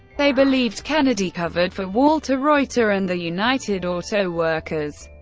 they believed kennedy covered for walter reuther and the united auto workers,